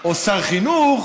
או שר חינוך,